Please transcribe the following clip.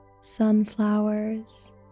sunflowers